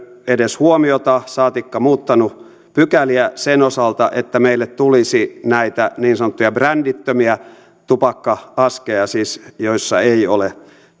edes huomiota siihen saatikka muuttanut pykäliä sen osalta että meille tulisi näitä niin sanottuja brändittömiä tupakka askeja joissa ei siis ole